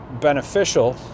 beneficial